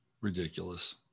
Ridiculous